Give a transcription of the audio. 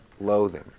loathing